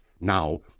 Now